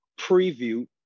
preview